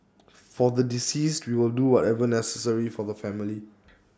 for the deceased we will do whatever necessary for the family